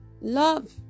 Love